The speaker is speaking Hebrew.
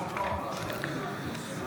(קורא בשמות חברי הכנסת)